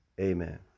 Amen